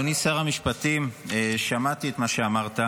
אדוני שר המשפטים, שמעתי את מה שאמרת.